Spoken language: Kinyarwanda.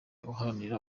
uharanira